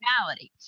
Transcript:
reality